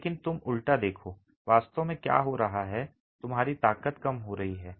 लेकिन तुम उलटा देखो वास्तव में क्या हो रहा है तुम्हारी ताकत कम हो रही है